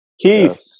Keith